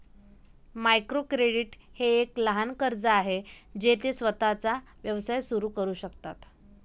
micro credit हे एक लहान कर्ज आहे जे ते स्वतःचा व्यवसाय सुरू करू शकतात